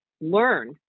learn